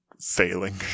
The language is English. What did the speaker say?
failing